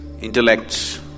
intellects